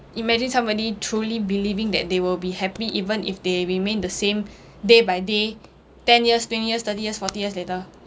imagine somebody truly believing that they will be happy even if they remain the same day by day ten years twenty years thirty years forty years later